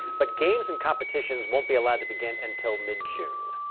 but games and competitions won't be allowed to begin until mid-june.